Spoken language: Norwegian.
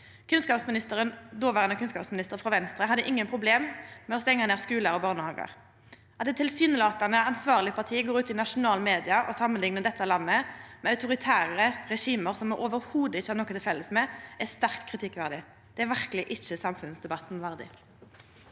kunnskapsministeren, frå Venstre, hadde ingen problem med å stengja ned skular og barnehagar. At eit tilsynelatande ansvarleg parti går ut i eit nasjonalt medium og samanliknar dette landet med autoritære regime som me slett ikkje har noko til felles med, er sterkt kritikkverdig. Det er verkeleg ikkje samfunnsdebatten verdig.